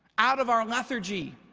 out of our lethargy,